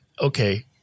Okay